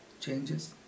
Changes